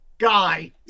guy